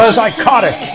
psychotic